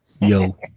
Yo